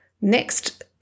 Next